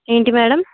ఏంటి మేడం